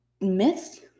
myths